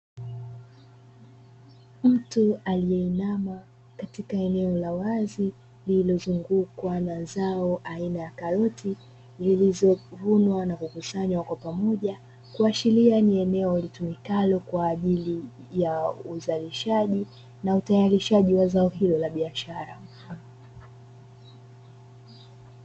Mtu aliye inama katika eneo la wazi lililozungukwa na zao aina ya karoti, zilizovunwa na kukusanywa kwa pamoja kuashiria ni eneo litumikalo kwa ajili ya uzalishaji na utayarishaji wa zao hilo la biashara.